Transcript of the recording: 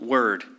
Word